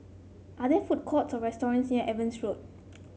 are there food courts or restaurants near Evans Road